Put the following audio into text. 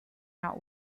not